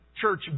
church